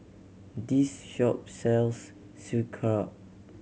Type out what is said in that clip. this shop sells Sauerkraut